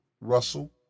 Russell